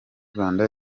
rwanda